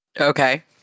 Okay